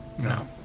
No